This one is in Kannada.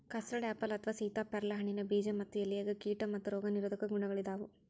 ಕಸ್ಟಡಆಪಲ್ ಅಥವಾ ಸೇತಾಪ್ಯಾರಲ ಹಣ್ಣಿನ ಬೇಜ ಮತ್ತ ಎಲೆಯಾಗ ಕೇಟಾ ಮತ್ತ ರೋಗ ನಿರೋಧಕ ಗುಣಗಳಾದಾವು